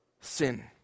sin